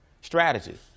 Strategy